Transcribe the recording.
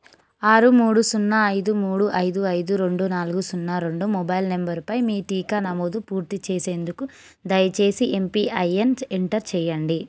ఆరు మూడు సున్నా ఐదు మూడు ఐదు ఐదు రెండు నాలుగు సున్నా రెండు మొబైల్ నెంబరుపై మీ టీకా నమోదు పూర్తి చేసేందుకు దయచేసి ఎమ్పిఐఎన్స్ ఎంటర్ చేయండి